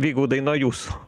vygaudai nuo jūsų